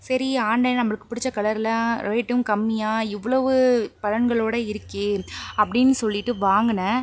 சரி ஆன்லைனில் நம்மளுக்கு பிடிச்ச கலரில் ரேட்டும் கம்மியா இவ்வளவு பலன்களோட இருக்கே அப்படின்னு சொல்லிட்டு வாங்குனன்